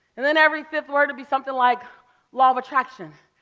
and then every fifth word would be something like law of attraction.